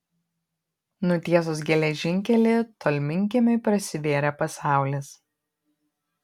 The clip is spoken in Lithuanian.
nutiesus geležinkelį tolminkiemiui prasivėrė pasaulis